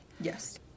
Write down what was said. yes